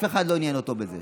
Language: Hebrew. זה לא עניין אף אחד.